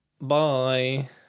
Bye